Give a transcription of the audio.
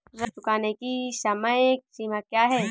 ऋण चुकाने की समय सीमा क्या है?